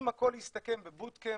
אם הכל יסתכם ב-boot camp,